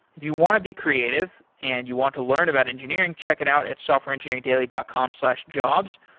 if you want to be creative and you want to learn about engineering, check it out at softwareengineeringdaily dot com slash jobs.